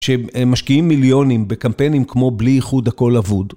שמשקיעים מיליונים בקמפיינים כמו בלי איחוד הכל אבוד.